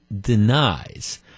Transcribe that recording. denies